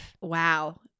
Wow